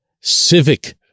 civic